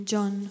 John